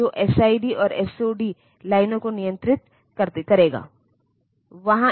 तो इन 2 machine language और हाई लेवल लैंग्वेज पर एक मध्यस्थ क्या किया जाता है असेंबली लैंग्वेज है